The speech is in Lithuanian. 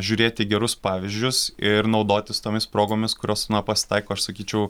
žiūrėti gerus pavyzdžius ir naudotis tomis progomis kurios na pasitaiko aš sakyčiau